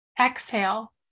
exhale